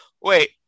Wait